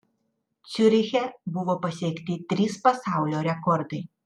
ciuriche buvo pasiekti trys pasaulio rekordai